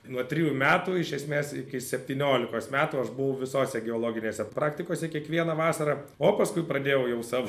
nuo trijų metų iš esmės iki septyniolikos metų aš buvau visose geologinėse praktikose kiekvieną vasarą o paskui pradėjau jau savo